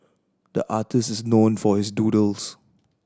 the artist is known for his doodles